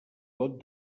got